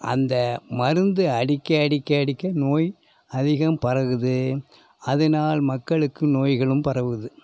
அந்த மருந்து அடிக்க அடிக்க அடிக்க நோய் அதிகம் பரகுது அதனால் மக்களுக்கு நோய்களும் பரவுது